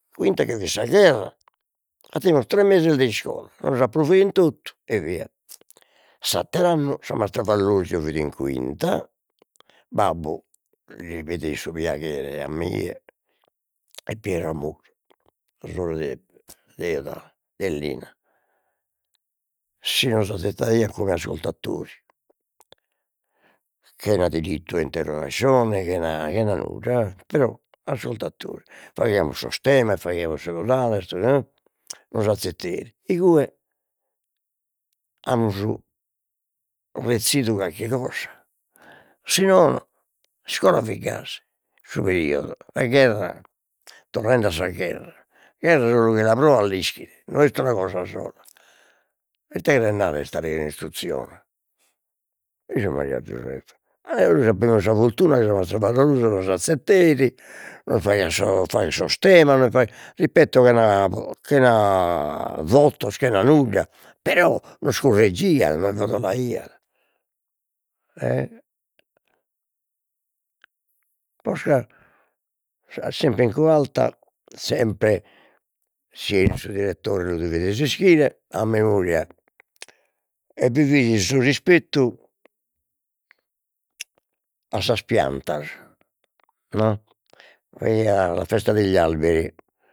In quinta che fit sa gherra, fattemus tres meses de iscola, nos approvein totu e via, s'atter'annu sa mastra Vallosio fit in quinta, babbu li pedeit su piaghere a mie, e Piera Mu sorre de de de Lina si nos addestraiat come ascoltatori, chena diritto 'e interrogascione, chena chena nudda e però ascoltatori, faghiamus sos temas, faghiamus sos 'odales nos azzetteit, igue amus rezzidu carchi cosa, si nono s'iscola fit gasi su periodo, sa gherra, torrende a sa gherra gherra solu chie la proat l'ischit non est una cosa sola ite cheret narrer istare istruzione 'Esu Maria Zuseppe, eo appemus sa fortuna nos azzetteit, nos faghian fagher sos temas, nos ripeto, chena chena votos chena nudda, però nos curreggiat nos bodolaiat, e posca sempre in quarta, sempre si su direttore lu devides ischire a memoria, e bi fidi su rispettu a sas piantas e a la festa degli alberi